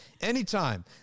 Anytime